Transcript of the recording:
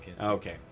Okay